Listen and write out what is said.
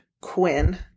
Quinn